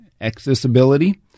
accessibility